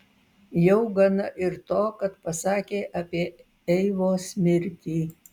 jau gana ir to kad pasakė apie eivos mirtį